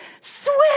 swim